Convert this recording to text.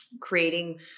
creating